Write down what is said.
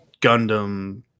Gundam